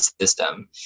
system